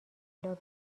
طلا